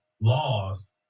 laws